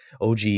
og